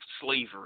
slavery